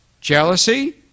jealousy